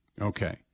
Okay